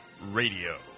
Radio